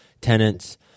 tenants